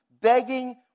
Begging